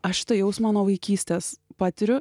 aš tą jausmą nuo vaikystės patiriu